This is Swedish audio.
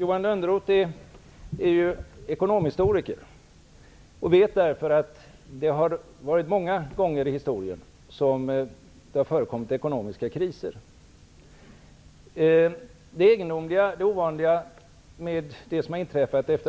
Johan Lönnroth är ju ekonom-historiker och vet därför att det många gånger i historien förekommit ekonomiska kriser. Före